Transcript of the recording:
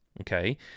Okay